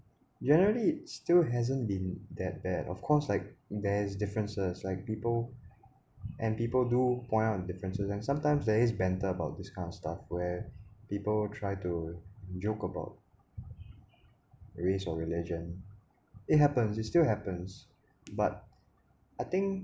generally it's still hasn't been that bad of course like there's differences like people and people do point out on differences and sometimes there is banter about this kind of stuff where people try to joke about race or religion it happens it still happens but I think